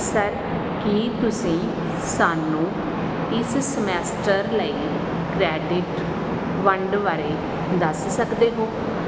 sir ਕੀ ਤੁਸੀਂ ਸਾਨੂੰ ਇਸ ਸਮੈਸਟਰ ਲਈ ਕ੍ਰੈਡਿਟ ਵੰਡ ਬਾਰੇ ਦੱਸ ਸਕਦੇ ਹੋ